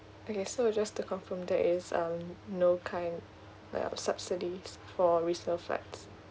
okay so just to confirm there is um no kind like a subsidies for resale flats